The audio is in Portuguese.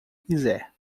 quiser